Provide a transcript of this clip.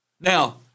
Now